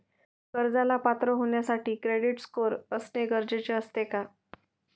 कर्जाला पात्र होण्यासाठी क्रेडिट स्कोअर असणे गरजेचे असते का?